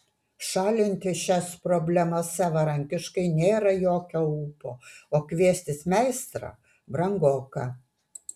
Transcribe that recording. šalinti šias problemas savarankiškai nėra jokių ūpo o kviestis meistrą brangoka